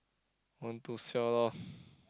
one two siao [liao]